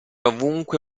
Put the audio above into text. ovunque